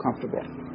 comfortable